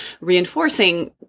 reinforcing